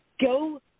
Go